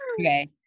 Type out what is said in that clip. Okay